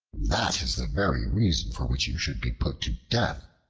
that is the very reason for which you should be put to death,